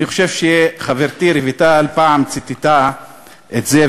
אני חושב שחברתי רויטל פעם ציטטה את זה,